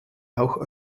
auch